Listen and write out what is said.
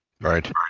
Right